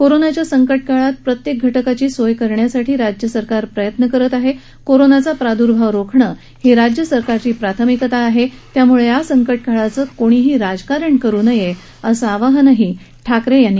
कोरनाच्या संकटकाळात प्रत्येक घटकाची सोय करण्यासाठी राज्य सरकार प्रयत्न करत आहे कोरोनाचा प्रादर्भाव रोखणं ही राज्यसरकारची प्राथमिकता आहे त्यामुळे या संकटकाळाचं कोणीही राजकारण करू नये असं आवाहनही म्ख्यमंत्री उद्धव ठाकरे यांनी केलं